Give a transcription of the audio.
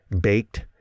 baked